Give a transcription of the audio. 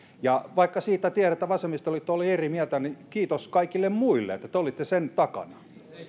ja vaikka tiedän että vasemmistoliitto oli siitä eri mieltä niin kiitos kaikille muille että te olitte sen takana